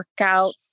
workouts